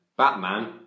Batman